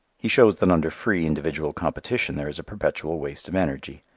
he shows that under free individual competition there is a perpetual waste of energy.